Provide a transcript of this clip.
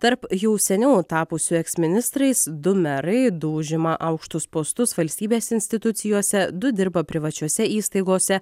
tarp jų seniau tapusių eksministrais du merai du užima aukštus postus valstybės institucijose du dirba privačiose įstaigose